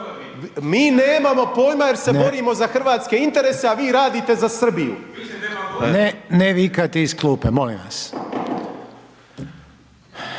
nemamo pojma jer se borimo za hrvatske interese, a vi radite za Srbiju…/Upadica g. Kovača